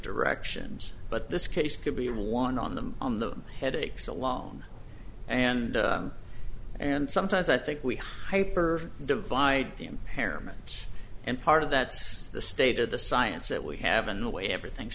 directions but this case could be one on them on the headaches alone and and sometimes i think we hyper divide the impairments and part of that's the state of the science that we have and the way everything